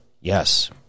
yes